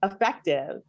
effective